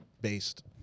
Based